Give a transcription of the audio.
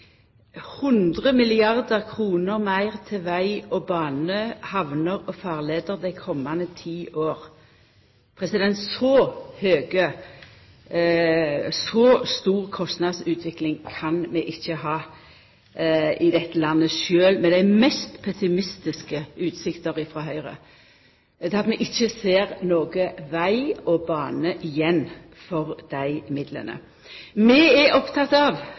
100 milliardar kr meir til veg, jernbane, hamner og farleier dei komande ti åra: Så stor kostnadsutvikling kan vi ikkje ha i dette landet, sjølv med dei mest pessimistiske utsiktene frå Høgre, til at vi ikkje ser noko igjen til veg og bane for dei midlane. Vi er opptekne av